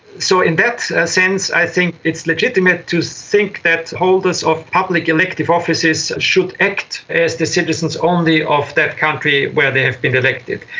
so in that sense i think it's legitimate to think that holders of public elective offices should act as the citizens only of that country where they have been elected.